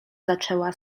zaczęła